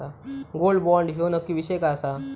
Gold bond ह्यो नक्की विषय काय आसा?